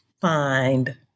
find